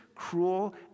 cruel